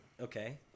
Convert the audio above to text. Okay